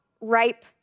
ripe